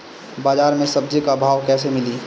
बाजार मे सब्जी क भाव कैसे मिली?